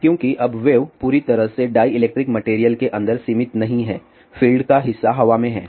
क्योंकि अब वेव पूरी तरह से डाईइलेक्ट्रिक मटेरियल के अंदर सीमित नहीं है फील्ड का हिस्सा हवा में है